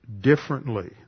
differently